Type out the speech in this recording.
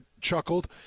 chuckled